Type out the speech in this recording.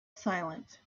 silent